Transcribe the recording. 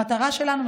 המטרה שלנו,